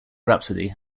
rhapsody